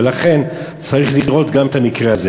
ולכן צריך לראות גם את המקרה הזה.